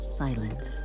silence